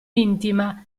intima